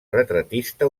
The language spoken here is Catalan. retratista